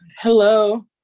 Hello